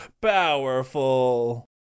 powerful